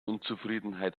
unzufriedenheit